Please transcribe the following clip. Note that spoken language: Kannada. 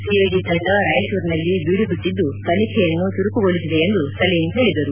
ಸಿಐಡಿ ತಂಡ ರಾಯಚೂರಿನಲ್ಲಿ ಬೀಡುಬಿಟ್ಟಿದ್ದು ತನಿಖೆಯನ್ನು ಚುರುಕುಗೊಳಿಸಿದೆ ಎಂದು ಸಲೀಂ ಹೇಳಿದರು